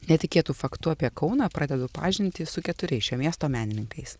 netikėtu faktu apie kauną pradedu pažintį su keturiais šio miesto menininkais